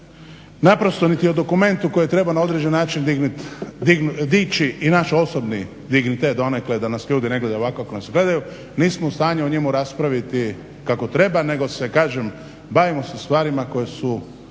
naprosto niti o dokumentu koji je trebao na određen način dići i naš osobni dignitet donekle da nas ljudi ne gledaju ovako kako nas gledaju nismo u stanju o njemu raspraviti kako treba nego se, kažem bavimo sa stvarima koje su